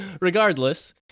regardless